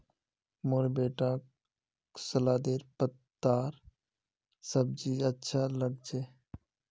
मोर बेटाक सलादेर पत्तार सब्जी अच्छा लाग छ